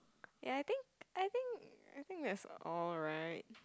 ya I think I think I think that's alright